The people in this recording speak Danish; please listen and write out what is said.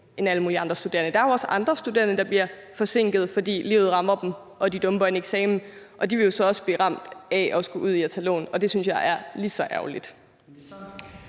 end alle mulige andre studerende. Der er jo også andre studerende, der bliver forsinket, fordi livet rammer dem og de dumper en eksamen, og de vil jo så også blive ramt af at skulle ud i at tage lån, og det synes jeg er lige så ærgerligt.